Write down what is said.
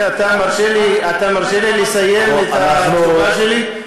אתה מרשה לי לסיים את התשובה שלי,